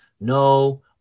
no